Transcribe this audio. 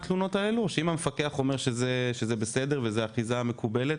אם המפקח אומר שזה בסדר וזו אחיזה מקובלת